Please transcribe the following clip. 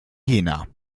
jena